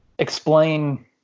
explain